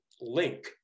link